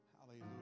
Hallelujah